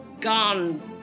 Gone